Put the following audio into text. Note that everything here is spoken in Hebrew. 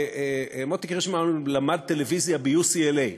מוטי קירשנבאום למד טלוויזיה ב-UCLA,